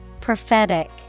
Prophetic